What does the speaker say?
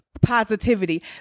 positivity